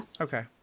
Okay